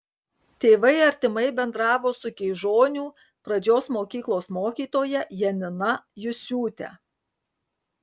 tėvai artimai bendravo su keižonių pradžios mokyklos mokytoja janina jusiūte